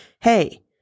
hey